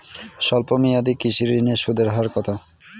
স্বল্প মেয়াদী কৃষি ঋণের সুদের হার কত?